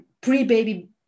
pre-baby